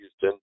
Houston